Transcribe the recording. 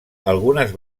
algunes